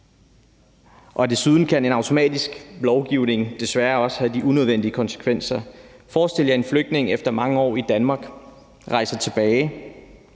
Desuden kan en automatisk fratagelse desværre også have unødvendige konsekvenser. Forestil jer, at en flygtning efter mange år i Danmark rejser tilbage